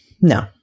no